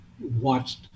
watched